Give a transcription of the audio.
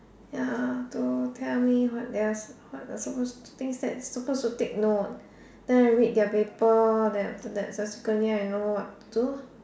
ya to tell me what their suppose to things that are suppose to take note then I read their paper then after that subsequently I know what to do